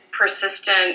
persistent